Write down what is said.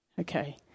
Okay